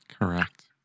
Correct